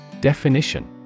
Definition